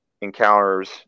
encounters